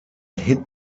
hit